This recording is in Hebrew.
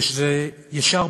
שזה ישר,